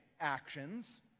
actions